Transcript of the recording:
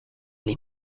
les